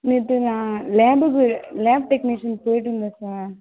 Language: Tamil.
நேற்று நான் லேப்புக்கு லேப் டெக்னீஷியன் போயிவிட்டு இருந்தேன் சார்